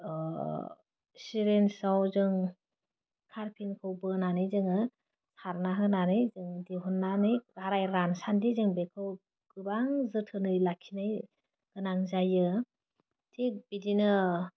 सिरिन्सआव जों तारफिनखौ बोनानै जोङो फानना होनानै जों दिहुननानै गाराइ रानसान्दि जों बेखौ गोबां जोथोनै लाखिनाय गोनां जायो थिग बिदिनो